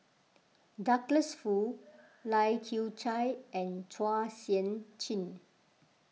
Douglas Foo Lai Kew Chai and Chua Sian Chin